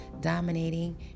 dominating